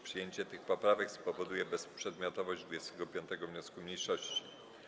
Przyjęcie tych poprawek spowoduje bezprzedmiotowość 25. wniosku mniejszości.